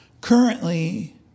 currently